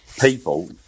people